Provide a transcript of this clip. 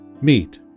meet